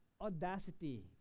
audacity